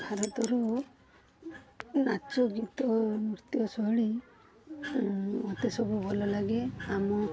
hello ତୋର ନାଚ ଗୀତ ନୃଚ୍ୟଶୈଳୀ ମୋତେ ସବୁ ଭଲ ଲାଗେ ଆମ